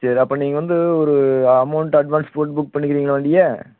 சரி அப்போ நீங்கள் வந்து ஒரு அமௌண்ட் அட்வான்ஸ் போட்டு புக் பண்ணிக்கிறீங்களா வண்டியை